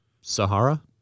Sahara